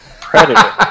Predator